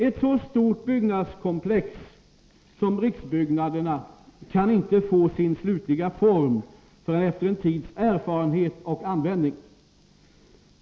Ett så stort byggnadskomplex som riksbyggnaderna kan inte få sin slutliga form förrän efter en tids erfarenheter och användning.